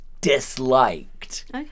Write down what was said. disliked